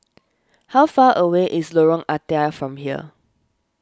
how far away is Lorong Ah Thia from here